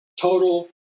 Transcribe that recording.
total